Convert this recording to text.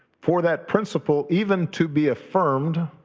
for that principle even to be affirmed